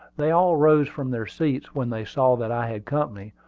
they all rose from their seats when they saw that i had company,